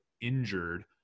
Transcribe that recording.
injured